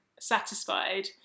satisfied